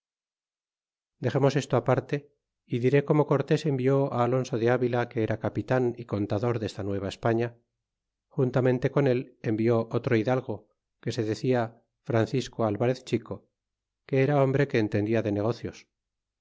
dexemos esto aparte y diré como cortés envió alonso de avila que era capitan y contador desta nueva españa juntamente con él envió otro hidalgo que se d e cia francisco alvarez chico que era hombre que entendia de negocios